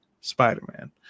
Spider-Man